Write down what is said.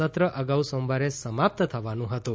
સત્ર અગાઉ સોમવારે સમાપ્ત થવાનું હતું